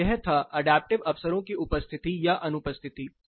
तो यह था अडैप्टिव अवसरों की उपस्थिति या अनुपस्थिति